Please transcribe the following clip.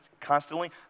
constantly